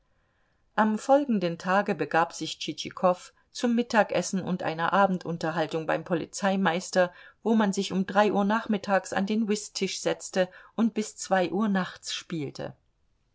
am folgenden tage begab sich tschitschikow zum mittagessen und einer abendunterhaltung beim polizeimeister wo man sich um drei uhr nachmittags an den whisttisch setzte und bis zwei uhr nachts spielte